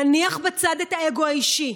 נניח בצד את האגו האישי.